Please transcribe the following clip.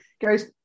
guys